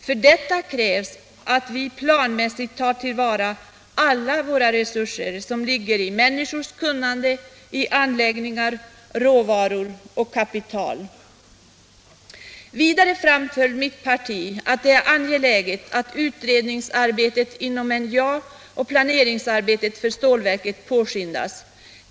För detta krävs att vi planmässigt tar till vara alla våra resurser som ligger i människors kunnande, i anläggningar, råvaror och kapital. Vidare framhöll mitt parti att det är angeläget att utredningsarbetet inom NJA och planeringsarbetet påskyndas.